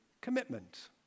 Commitment